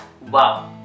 Wow